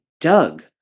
Doug